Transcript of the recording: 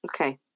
Okay